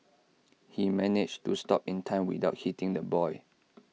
he managed to stop in time without hitting the boy